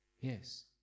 Yes